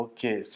Okay